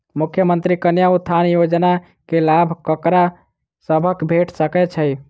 मुख्यमंत्री कन्या उत्थान योजना कऽ लाभ ककरा सभक भेट सकय छई?